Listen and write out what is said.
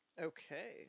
okay